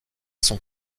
son